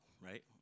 right